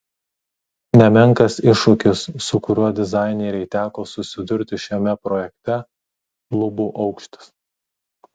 nemenkas iššūkis su kuriuo dizainerei teko susidurti šiame projekte lubų aukštis